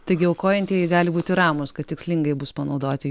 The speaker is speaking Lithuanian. taigi aukojantieji gali būti ramūs kad tikslingai bus panaudoti